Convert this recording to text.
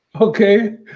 okay